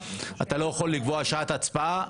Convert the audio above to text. אתה לא יכול לקבוע שעת הצבעה.